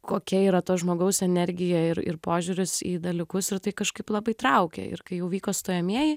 kokia yra to žmogaus energija ir požiūris į dalykus ir tai kažkaip labai traukė ir kai jau vyko stojamieji